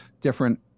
different